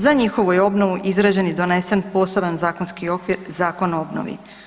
Za njihovu je obnovu izrađen i donesen poseban zakonski okvir Zakon o obnovi.